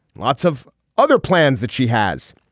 lots of other plans that she has.